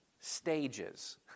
stages